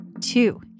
Two